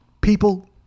people